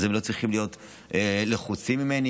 אז הם לא צריכים להיות לחוצים ממני